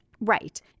right